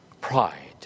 pride